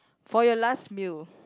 for your last meal